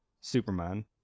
Superman